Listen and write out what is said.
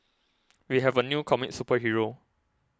we have a new comic superhero